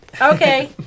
Okay